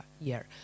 year